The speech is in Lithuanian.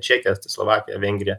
čekija slovakija vengrija